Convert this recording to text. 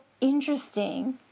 interesting